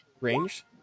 range